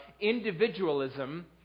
individualism